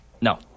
No